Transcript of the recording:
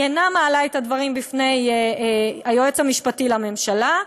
היא אינה מעלה את הדברים בפני היועץ המשפטי לממשלה,